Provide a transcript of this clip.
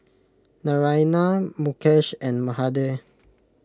Naraina Mukesh and Mahade